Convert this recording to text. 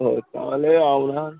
ও তাহলে আপনার